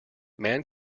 man